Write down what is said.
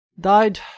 died